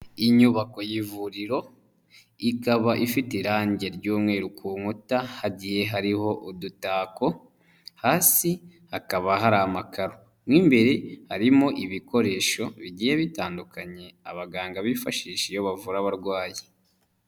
Inyubako y'ivuriro ikaba ifite irangi ry'umweru ku nkuta, hagiye hariho udutako, hasi hakaba hari amakaro mo imbere harimo ibikoresho bigiye bitandukanye abaganga bifashishije iyo bavura abarwayi.